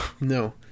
No